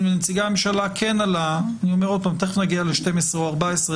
ונציגי הממשלה עלה תיכף נגיע ל-12 או 14,